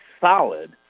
solid